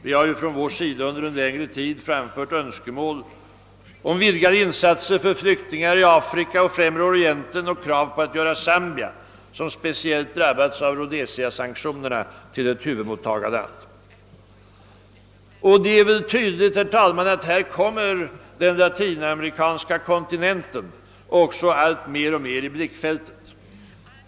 Vi har ju från vår sida under en längre tid framfört önskemål om vidgade insatser för flyktingar i Afrika och Främre Orienten samt krav på att göra Zambia, som speciellt drabbats av Rhodesiasanktionerna, till ett huvudmottagarland. Det är väl också tydligt, herr talman, att den latinamerikanska kontinenten härvidlag kommer alltmer i blickfältet.